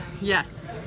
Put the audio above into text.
Yes